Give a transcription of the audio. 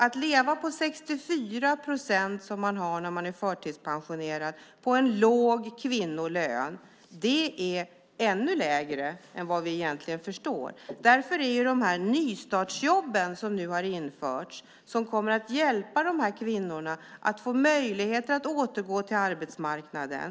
Att leva på 64 procent, som man får göra när man är förtidspensionerad, av en låg kvinnolön är svårare än vi förstår. Därför kommer nystartsjobben som nu har införts att hjälpa de här kvinnorna att få möjligheter att återgå till arbetsmarknaden.